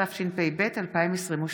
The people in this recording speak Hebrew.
התשפ"ב 2022,